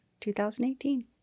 2018